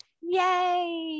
Yay